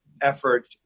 effort